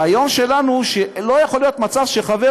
הרעיון שלנו הוא שלא יכול להיות מצב שחבר